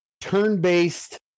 turn-based